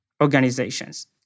organizations